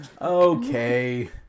Okay